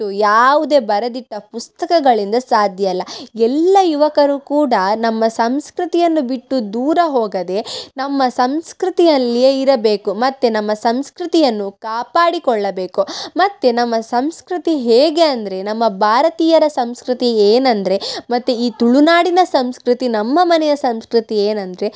ಯಾವುದೇ ಬರೆದಿಟ್ಟ ಪುಸ್ತಕಗಳಿಂದ ಸಾಧ್ಯವಿಲ್ಲ ಎಲ್ಲ ಯುವಕರು ಕೂಡ ನಮ್ಮ ಸಂಸ್ಕೃತಿಯನ್ನು ಬಿಟ್ಟು ದೂರ ಹೋಗದೆ ನಮ್ಮ ಸಂಸ್ಕೃತಿಯಲ್ಲಿಯೇ ಇರಬೇಕು ಮತ್ತು ನಮ್ಮ ಸಂಸ್ಕೃತಿಯನ್ನು ಕಾಪಾಡಿಕೊಳ್ಳಬೇಕು ಮತ್ತು ನಮ್ಮ ಸಂಸ್ಕೃತಿ ಹೇಗೆ ಅಂದರೆ ನಮ್ಮ ಭಾರತೀಯರ ಸಂಸ್ಕೃತಿ ಏನಂದರೆ ಮತ್ತು ಈ ತುಳುನಾಡಿನ ಸಂಸ್ಕೃತಿ ನಮ್ಮ ಮನೆಯ ಸಂಸ್ಕೃತಿ ಏನಂದರೆ